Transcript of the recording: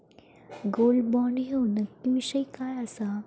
Gold bond ह्यो नक्की विषय काय आसा?